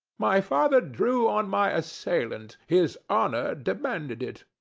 my father drew on my assailant his honor demanded it.